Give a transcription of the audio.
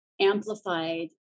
amplified